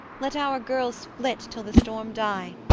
let our girls flit, till the storm die!